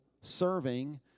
serving